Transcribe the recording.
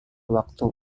waktu